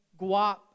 Guap